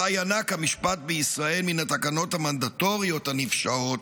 שאותה ינק המשפט בישראל מן התקנות המנדטוריות הנפשעות,